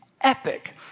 epic